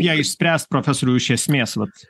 ją išspręst profesoriau iš esmės vat